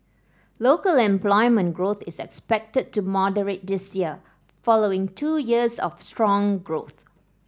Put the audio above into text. local employment growth is expected to moderate this year following two years of strong growth